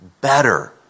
better